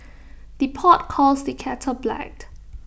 the pot calls the kettle blacked